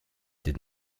did